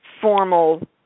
formal